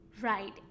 Right